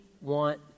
want